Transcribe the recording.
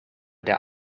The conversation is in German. der